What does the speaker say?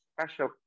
special